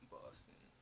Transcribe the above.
Boston